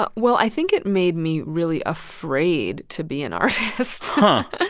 but well, i think it made me really afraid to be an artist. and